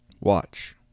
Watch